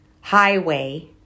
highway